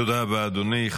תודה רבה, אדוני.